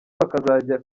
bakazajya